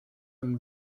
and